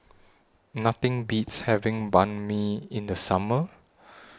Nothing Beats having Banh MI in The Summer